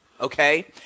Okay